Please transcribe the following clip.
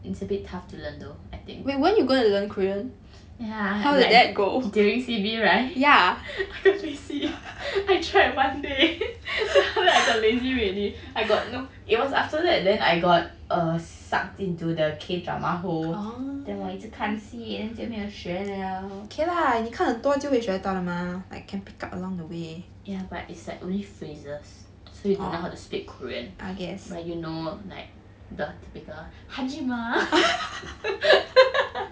it's a bit tough to learn though I think yeah during C_B right I got lazy I tried one day then I got lazy already I got you know it was after that then I got err sucked into the K drama hole then 我一直看戏 then 就没有学了 yeah but is that only phrases so you don't know how to speak korean but you know like the typical